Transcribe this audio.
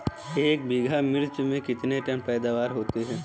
एक बीघा मिर्च में कितने टन पैदावार होती है?